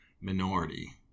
minority